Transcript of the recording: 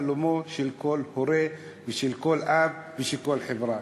חלומו של כל הורה ושל כל אב וחלומה של כל חברה.